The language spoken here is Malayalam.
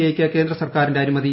ഐക്ക് കേന്ദ്ര സർക്കാരിന്റെ അനുമതി